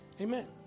Amen